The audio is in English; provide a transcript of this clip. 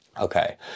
Okay